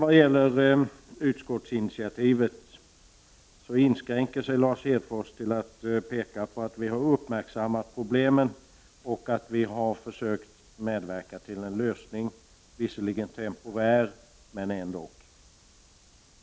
Vad gäller utskottsinitiativet inskränker sig Lars Hedfors till att peka på att vi har uppmärksammat problemen och försökt medverka till en lösning, visserligen temporär, men ändock.